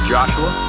Joshua